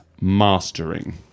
mastering